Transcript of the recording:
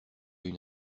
une